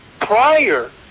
prior